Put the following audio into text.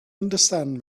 understand